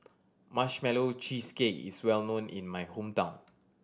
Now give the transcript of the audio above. Marshmallow Cheesecake is well known in my hometown